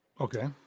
Okay